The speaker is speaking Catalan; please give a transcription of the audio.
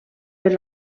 per